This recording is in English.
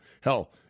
hell